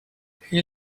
hier